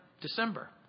December